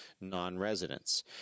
non-residents